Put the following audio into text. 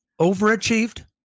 overachieved